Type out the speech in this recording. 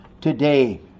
Today